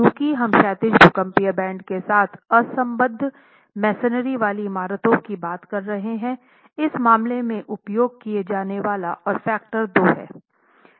चूँकि हम क्षैतिज भूकंपीय बैंड के साथ असंबद्ध मेसनरी वाली इमारतों की बात कर रहे हैं इस मामले में उपयोग किए जाने वाला आर फैक्टर 2 है